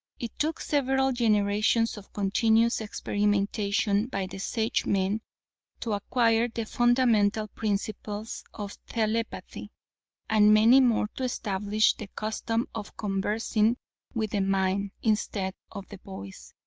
it took several generations of continuous experimentation by the sagemen to acquire the fundamental principles of telepathy and many more to establish the custom of conversing with the mind instead of the voice.